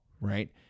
right